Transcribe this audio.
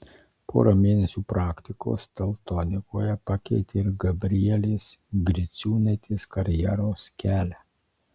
pora mėnesių praktikos teltonikoje pakeitė ir gabrielės griciūnaitės karjeros kelią